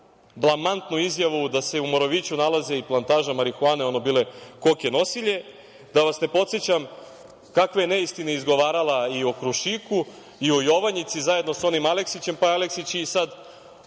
blamantnu izjavu da se u Moroviću nalazi plantaža marihuane, ono bile koke nosilje. Da vas ne podsećam kakve je neistine izgovarala i o Krušiku i o Jovanjici, zajedno sa onim Aleksićem, pa je Aleksić sad